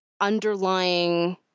underlying